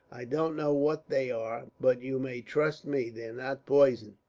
i don't know what they are, but you may trust me, they're not poison.